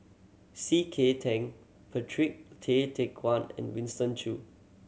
C K Tang Patrick Tay Teck Guan and Winston Choo